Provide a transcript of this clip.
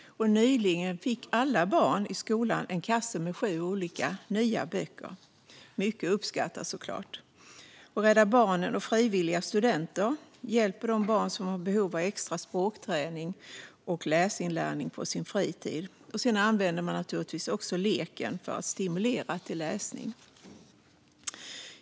Nyligen fick alla barn i skolan en kasse med sju olika nya böcker - mycket uppskattat såklart. Rädda Barnen och frivilliga studenter hjälper de barn som har behov av extra språkträning och läsinlärning på sin fritid. Man använder naturligtvis också leken för att stimulera till läsning.